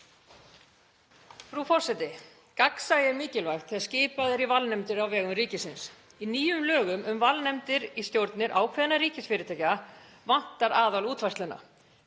Frú forseti. Gagnsæi er mikilvægt þegar skipað er í valnefndir á vegum ríkisins. Í nýjum lögum um valnefndir í stjórnir ákveðinna ríkisfyrirtækja vantar aðalútfærsluna.